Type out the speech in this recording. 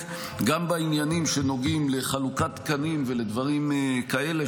גם בעניינים שנוגעים לחלוקת תקנים ולדברים כאלה,